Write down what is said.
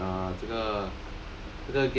and err 这个